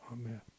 amen